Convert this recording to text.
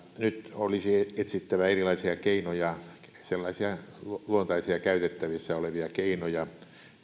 nyt olisi etsittävä erilaisia keinoja sellaisia luontaisia käytettävissä olevia keinoja